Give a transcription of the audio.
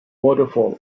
waterfall